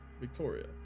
Victoria